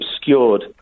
obscured